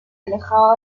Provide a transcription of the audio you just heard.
alejado